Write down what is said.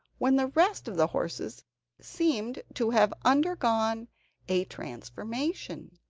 when the rest of the horses seemed to have undergone a transformation.